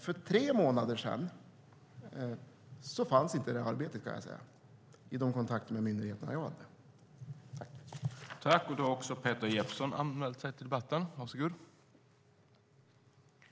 För tre månader sedan fanns inte detta arbete enligt de kontakter jag hade med myndigheter, kan jag säga.